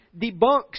debunks